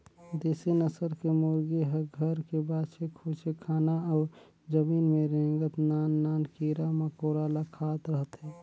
देसी नसल के मुरगी ह घर के बाचे खुचे खाना अउ जमीन में रेंगत नान नान कीरा मकोरा ल खात रहथे